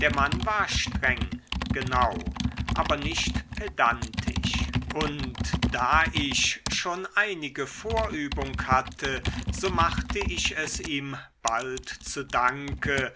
der mann war streng genau aber nicht pedantisch und da ich schon einige vorübung hatte so machte ich es ihm bald zu danke